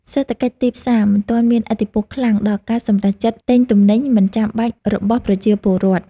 សេដ្ឋកិច្ចទីផ្សារមិនទាន់មានឥទ្ធិពលខ្លាំងដល់ការសម្រេចចិត្តទិញទំនិញមិនចាំបាច់របស់ប្រជាពលរដ្ឋ។